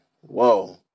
Whoa